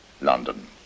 London